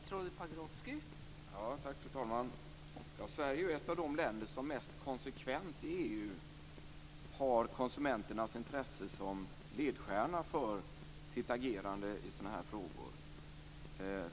Fru talman! Sverige är ett av de länder i EU som mest konsekvent har konsumenternas intresse som ledstjärna för sitt agerande i sådana här frågor.